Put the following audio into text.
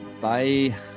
Bye